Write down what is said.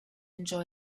enjoy